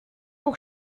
pour